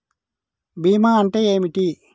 బీమా అంటే ఏమిటి?